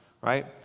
right